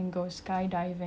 ya